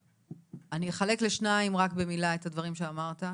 אני אחלק לשניים, רק במילה את הדברים שאמרת.